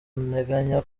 nteganya